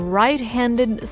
right-handed